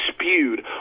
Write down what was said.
spewed